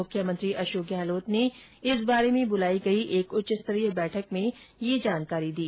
मुख्यमंत्री अशोक गहलोत ने इस बारे में बुलाई गई एक उच्चस्तरीय बैठक में यह जानकारी दी